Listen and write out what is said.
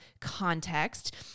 context